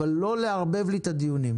אבל לא לערבב לי את הדיונים.